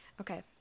okay